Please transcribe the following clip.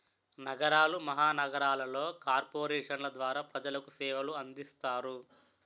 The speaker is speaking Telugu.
నగరాలు మహానగరాలలో కార్పొరేషన్ల ద్వారా ప్రజలకు సేవలు అందిస్తారు